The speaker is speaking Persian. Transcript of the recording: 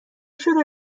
شده